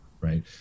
right